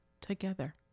together